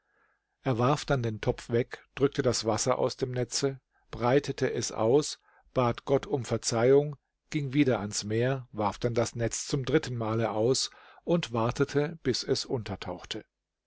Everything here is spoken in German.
er warf dann den topf weg drückte das wasser aus dem netze breitete es aus bat gott um verzeihung ging wieder ans meer warf dann das netz zum dritten male aus und wartete bis es untertauchte